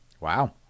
Wow